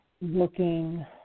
looking